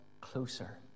closer